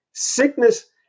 sickness